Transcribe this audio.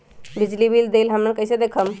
बिजली बिल देल हमन कईसे देखब?